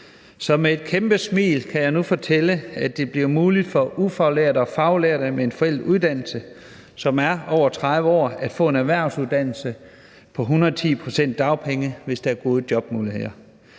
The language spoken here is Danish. Så med et kæmpe smil kan jeg nu fortælle, at det bliver muligt for ufaglærte og faglærte med en forældet uddannelse, som er over 30 år, at få en erhvervsuddannelse på 110 pct. af dagpengene , hvis der er gode jobmuligheder.